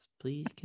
Please